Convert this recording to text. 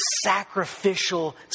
sacrificial